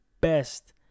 best